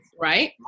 right